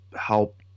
help